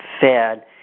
fed